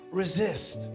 resist